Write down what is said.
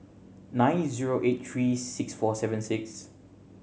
nine zero eight three six four seven six